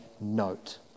note